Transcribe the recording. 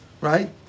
right